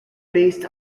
based